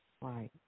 Right